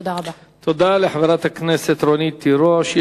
תודה לחברת הכנסת רונית תירוש.